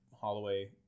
Holloway